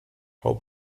hau